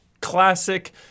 classic